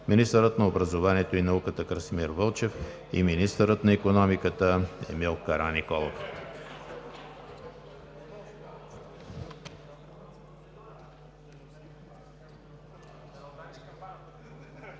министърът на образованието и науката Красимир Вълчев и министърът на икономиката Емил Караниколов.